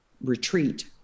retreat